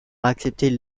accepter